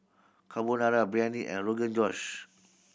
Carbonara Biryani and Rogan Josh